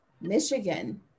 Michigan